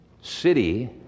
city